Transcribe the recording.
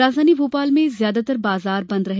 राजधानी भोपाल में ज्यादातर बाजार बंद रहे